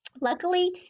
Luckily